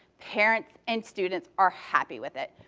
parents and students are happy with it.